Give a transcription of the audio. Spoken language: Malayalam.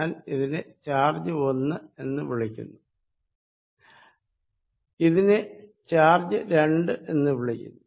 ഞാൻ ഇതിനെ ചാർജ് 1 എന്ന് വിളിക്കുന്നു ഇതിനെ ചാർജ് 2 എന്ന് വിളിക്കുന്നു